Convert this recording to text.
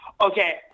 Okay